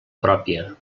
pròpia